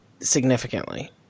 significantly